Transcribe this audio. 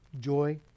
joy